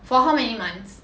for how many months